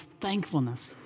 thankfulness